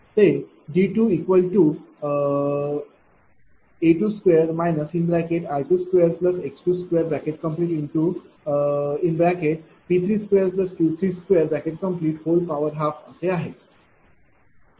ते D2A22 r22x2P23Q2312असे आहे